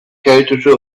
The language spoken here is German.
keltische